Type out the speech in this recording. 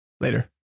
Later